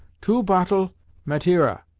two pottle mateira,